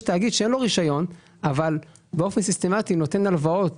תאגיד שאין לו רישיון אבל באופן סיסטמתי נותן הלוואות